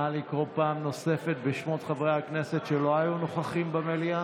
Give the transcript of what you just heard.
נא לקרוא פעם נוספת בשמות חברי הכנסת שלא היו נוכחים במליאה.